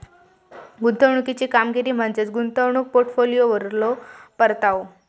गुंतवणुकीची कामगिरी म्हणजे गुंतवणूक पोर्टफोलिओवरलो परतावा